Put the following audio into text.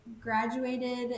graduated